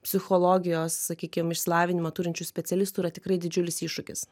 psichologijos sakykim išsilavinimą turinčių specialistų yra tikrai didžiulis iššūkis